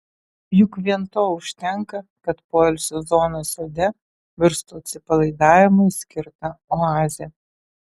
juk vien to užtenka kad poilsio zona sode virstų atsipalaidavimui skirta oaze